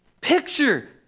picture